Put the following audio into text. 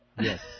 Yes